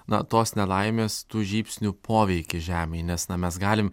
na tos nelaimės tų žybsnių poveikį žemei nes na mes galim